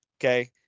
okay